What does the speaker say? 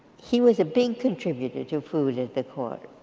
he was a big contributor to food at the court.